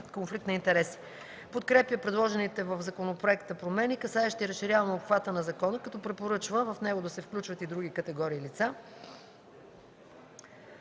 конфликт на интереси. Подкрепя предложените в законопроекта промени, касаещи разширяване обхвата на закона, като препоръчва в него да се включат и други категории лица.